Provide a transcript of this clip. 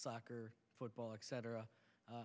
soccer football etc